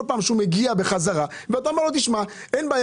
כל פעם שהוא מגיע בחזרה אתה אומר לו שאין בעיה,